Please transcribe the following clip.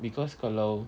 because kalau